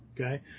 okay